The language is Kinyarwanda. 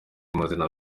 mazina